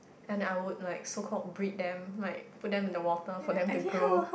and I would like so called breed them like put them in water for them to grow